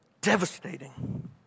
Devastating